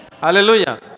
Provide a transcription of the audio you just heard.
Hallelujah